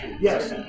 Yes